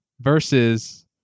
versus